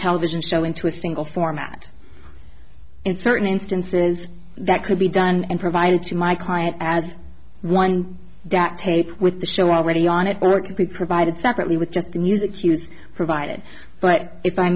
television show into a single format in certain instances that could be done and provided to my client as one dac tape with the show already on it or could be provided separately with just the music use provided but if i